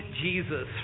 Jesus